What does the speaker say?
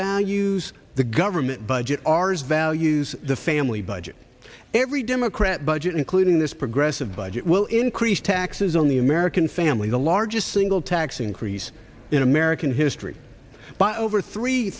values the government budget r's values the family budget every democrat budget including this progressive budget will increase taxes on the american family the largest single tax increase in american history by over three